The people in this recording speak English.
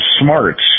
smarts